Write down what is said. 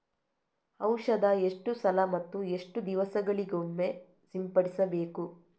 ಔಷಧ ಎಷ್ಟು ಸಲ ಮತ್ತು ಎಷ್ಟು ದಿವಸಗಳಿಗೊಮ್ಮೆ ಸಿಂಪಡಿಸಬೇಕು?